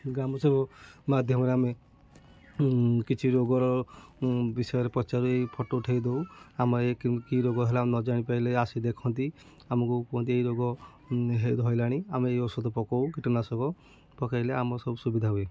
ଗ୍ରାମସେବକ ମାଧ୍ୟମରେ ଆମେ କିଛି ରୋଗର ବିଷୟରେ ପଚାରୁ ଫଟୋ ଉଠେଇ ଦେଉ ଆମର ଇଏ କି ରୋଗ ହେଲା ନ ଜାଣିପାରିଲେ ଆସି ଦେଖନ୍ତି ଆମକୁ କୁହନ୍ତି ଏଇ ରୋଗ ଧଇଲାଣି ଆମେ ଏଇ ଔଷଧ ପକାଉ କୀଟନାଶକ ପକେଇଲେ ଆମ ସବୁ ସୁବିଧା ହୁଏ